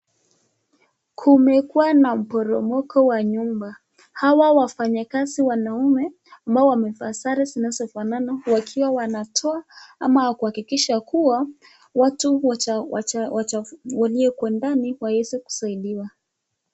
Kumekuwa na mporomoko wa nyumba .Hawa wafanyikazi wanaume ambao wamevaa sare zinazofanana wakiwa wanatoa ama kuhakikisha kuwa watu waliyekuwa ndani waweze kusaidiwa.